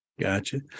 Gotcha